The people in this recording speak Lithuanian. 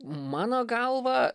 mano galva